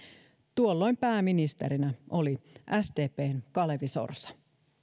tuolloin pääministerinä oli sdpn kalevi sorsa